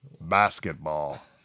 basketball